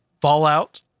Fallout